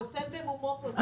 הפוסל במומו פוסל.